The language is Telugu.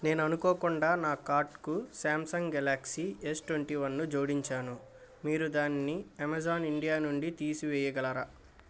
నేను అనుకోకుండా నా కార్ట్కు సామ్సంగ్ గెలాక్సీ ఎస్ ట్వంటీ వన్ను జోడించాను మీరు దానిని అమెజాన్ ఇండియా నుండి తీసివేయగలరా